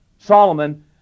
Solomon